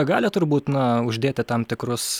gali turbūt na uždėti tam tikrus